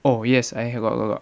oh yes I got got got